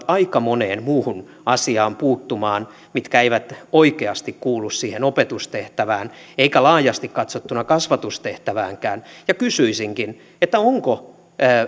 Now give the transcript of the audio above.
aika moneen muuhun asiaan mitkä eivät oikeasti kuulu opetustehtävään eivätkä laajasti katsottuna kasvatustehtäväänkään ja kysyisinkin onko